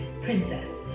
princess